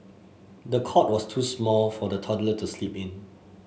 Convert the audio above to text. the cot was too small for the toddler to sleep in